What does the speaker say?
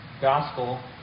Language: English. gospel